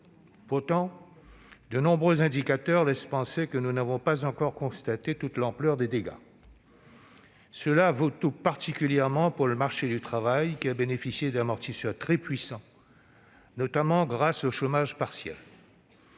Pourtant, de nombreux indicateurs laissent penser que nous n'avons pas encore constaté toute l'ampleur des dégâts ; cela vaut tout particulièrement pour le marché du travail, qui a bénéficié d'amortisseurs très puissants, notamment grâce au dispositif